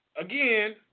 again